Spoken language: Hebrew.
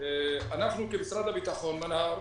אנחנו כמשרד הביטחון, מנה"ר,